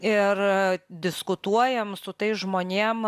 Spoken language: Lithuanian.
ir diskutuojam su tais žmonėm